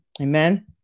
Amen